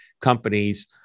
companies